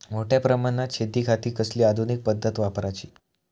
मोठ्या प्रमानात शेतिखाती कसली आधूनिक पद्धत वापराची?